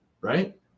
right